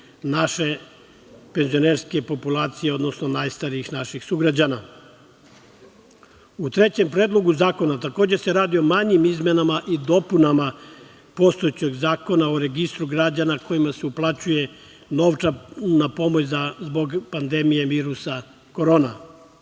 naše penzionerske populacije, odnosno najstarijih naših sugrađana.U trećem Predlogu zakona, takođe se radi o manjim izmenama i dopunama postojećeg Zakona o registru građana kojima se uplaćuje novčana pomoć zbog pandemije virusa korona.